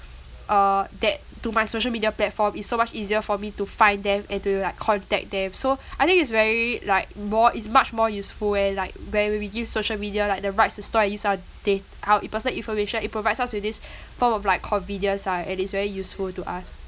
uh that to my social media platform it's so much easier for me to find them and to like contact them so I think it's very like more it's much more useful when like when we give social media like the rights to store and use our dat~ our personal information it provides us with this form of like convenience lah and it's very useful to us